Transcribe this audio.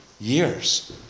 years